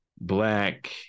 black